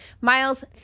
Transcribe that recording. Miles